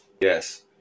Yes